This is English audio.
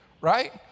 right